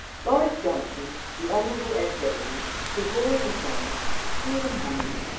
boris johnson, the hon ed davey, siobhan mcdonagh, stephen hammond,